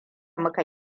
muka